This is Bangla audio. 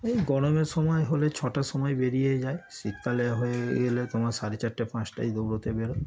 এই গরমের সময় হলে ছটার সময় বেরিয়ে যাই শীতকালে হয়ে গেলে তোমার সাড়ে চারটে পাঁচটায় দৌড়োতে বের হই